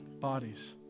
bodies